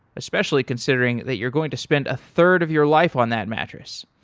especially considering that you're going to spend a third of your life on that mattress.